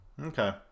Okay